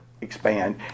expand